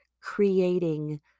creating